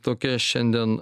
tokia šiandien